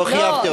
לא חייבתי אותך.